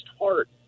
heart